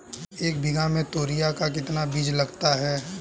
एक बीघा में तोरियां का कितना बीज लगता है?